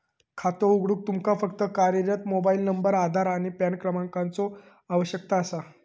खातो उघडूक तुमका फक्त कार्यरत मोबाइल नंबर, आधार आणि पॅन क्रमांकाचो आवश्यकता असा